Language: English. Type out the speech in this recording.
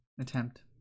Attempt